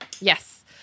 yes